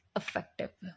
effective